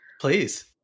please